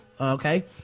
okay